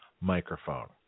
microphone